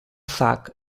sac